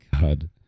God